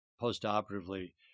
postoperatively